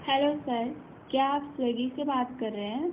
hello sir क्या आप Swiggy से बात कर रहे हैं